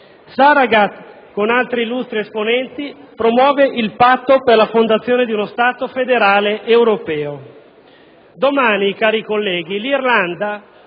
e con altri illustri esponenti promuove il Patto per la fondazione di uno Stato federale europeo.